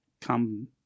come